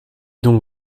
donc